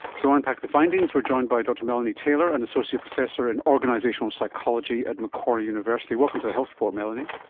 to unpack the findings we are joined by dr melanie taylor, an associate professor in organisational psychology at macquarie university. welcome to the health report, melanie.